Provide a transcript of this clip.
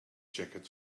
jacket